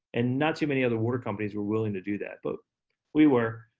and not too many other water companies were willing to do that. but we were.